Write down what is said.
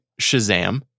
Shazam